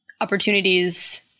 opportunities